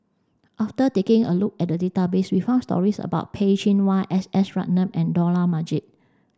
after taking a look at the database we found stories about Peh Chin Hua S S Ratnam and Dollah Majid